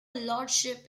lordship